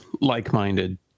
like-minded